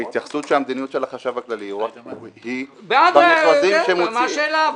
התייחסות שהמדיניות של החשב הכללי היא למכרזים שמוציאים --- מה השאלה?